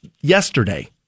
yesterday